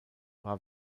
war